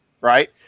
right